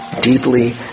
deeply